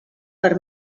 per